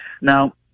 Now